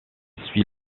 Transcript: suit